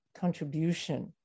contribution